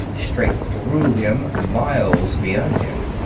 straight through him, miles beyond him.